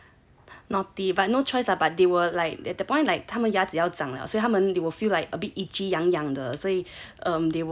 naughty but no choice lah but they will like at the point like 他们牙齿要涨了所以他们 they will feel like a bit itchy like 痒痒的